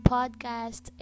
Podcast